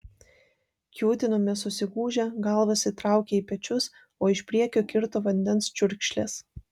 kiūtinome susigūžę galvas įtraukę į pečius o iš priekio kirto vandens čiurkšlės